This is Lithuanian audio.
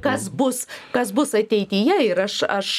kas bus kas bus ateityje ir aš aš